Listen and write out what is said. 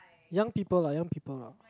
young people lah young people lah